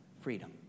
freedom